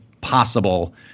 possible